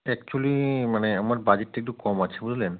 actually মানে আমার বাজেটটা একটু কম আছে বুঝলেন